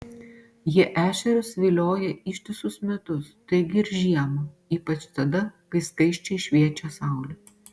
jie ešerius vilioja ištisus metus taigi ir žiemą ypač tada kai skaisčiai šviečia saulė